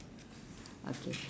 okay